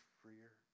freer